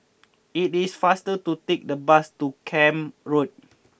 it is faster to take the bus to Camp Road